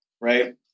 right